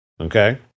Okay